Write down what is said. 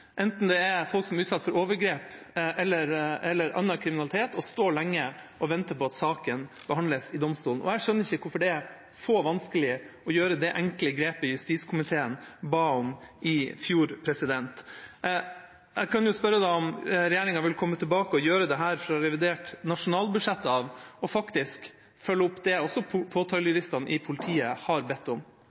folk som er utsatt for overgrep eller annen kriminalitet, å stå lenge og vente på at saken behandles i domstolen, og jeg skjønner ikke hvorfor det er så vanskelig å gjøre det enkle grepet justiskomiteen ba om i fjor. Jeg kan jo spørre om regjeringa vil komme tilbake og gjøre dette fra revidert nasjonalbudsjett av og faktisk følge opp det også påtalejuristene i politiet har bedt om.